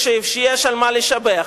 כשיש על מה לשבח.